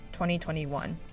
2021